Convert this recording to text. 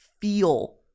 feel